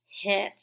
hit